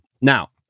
Now